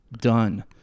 Done